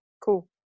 cool